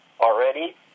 already